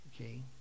okay